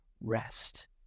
rest